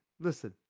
listen